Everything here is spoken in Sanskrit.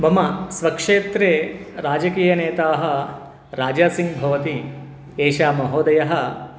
मम स्वक्षेत्रे राजकीयनेता राजासिङ्ग् भवति एषः महोदयः